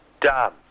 Done